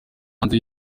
hanze